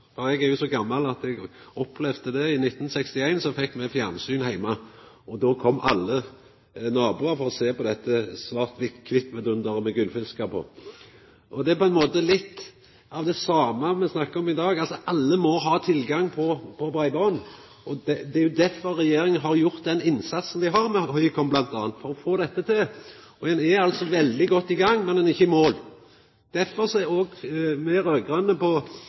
landet. Eg er så gammal at eg opplevde det. I 1961 fekk me fjernsyn heime, og då kom alle naboane for å sjå på dette svart-kvitt-vedunderet med gullfiskar på. Det er på ein måte litt av det same me snakkar om i dag. Alle må ha tilgang på breiband. Det er jo derfor regjeringa har gjort den innsatsen som dei har gjort, med Høykom bl.a., for å få dette til. Ein er altså veldig godt i gang, men ein er ikkje i mål. Derfor er òg me raud-grøne på